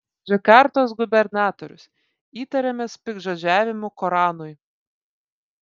džakartos gubernatorius įtariamas piktžodžiavimu koranui